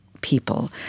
people